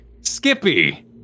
Skippy